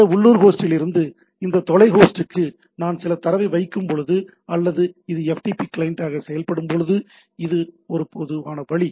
இந்த உள்ளூர் ஹோஸ்டிலிருந்து இந்த தொலை ஹோஸ்டுக்கு நான் சில தரவை வைக்கும்போது அல்லது அது ஒரு FTP கிளையண்டாக செயல்படும் போது இது ஒரு பொதுவான வழி